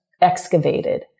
excavated